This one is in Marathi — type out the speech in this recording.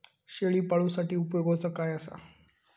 शेळीपाळूसाठी उपयोगाचा काय असा?